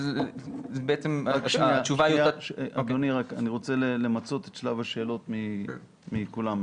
אני רוצה למצות את שלב השאלות מכולם.